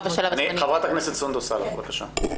חברת הכנסת סונדוס סאלח, בבקשה.